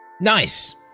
Nice